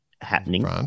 happening